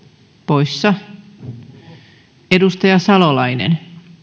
poissa edustaja salolainen